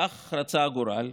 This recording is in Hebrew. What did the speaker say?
כך רצה הגורל,